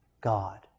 God